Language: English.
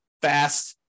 fast